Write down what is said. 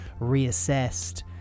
reassessed